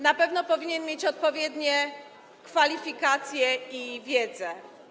Na pewno powinien mieć odpowiednie kwalifikacje i wiedzę.